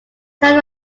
kind